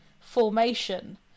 formation